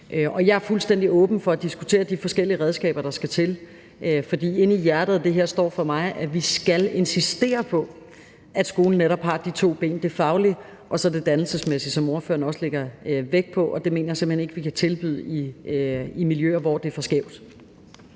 Jeg er fuldstændig åben for at diskutere de forskellige redskaber, der skal til, for inde i hjertet af det her står for mig, at vi skal insistere på, at skolen netop har de to ben: det faglige og så det dannelsesmæssige, som ordføreren også lægger vægt på. Det mener jeg simpelt hen ikke at vi kan tilbyde i miljøer, hvor det er for skævt.